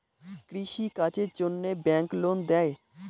কৃষি কাজের জন্যে ব্যাংক লোন দেয়?